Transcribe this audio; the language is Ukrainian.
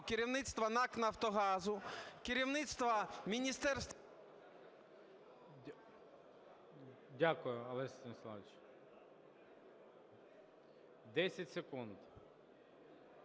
керівництва НАК "Нафтогазу", керівництва міністерства… ГОЛОВУЮЧИЙ. Дякую, Олесь Станіславович. Десять секунд.